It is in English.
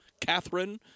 Catherine